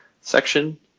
section